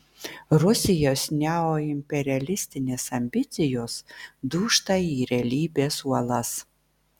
rusijos neoimperialistinės ambicijos dūžta į realybės uolas